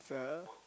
it's a